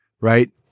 right